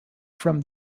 from